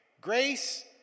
grace